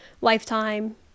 lifetime